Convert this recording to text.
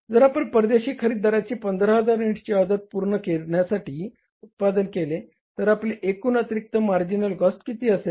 जर आपण परदेशी खरेदीदाराची 15000 युनिट्सची ऑर्डर पूर्ण करण्यासाठी उत्पादन केले तर आपले एकूण अतिरिक्त मार्जिनल कॉस्ट किती असेल